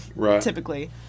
typically